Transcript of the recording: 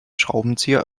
schraubenzieher